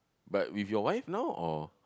but with your wife now or